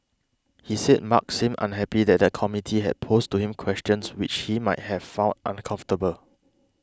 he said Mark seemed unhappy that the committee had posed to him questions which he might have found uncomfortable